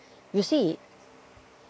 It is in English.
you see